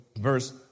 verse